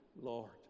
Lord